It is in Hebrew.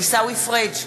עיסאווי פריג'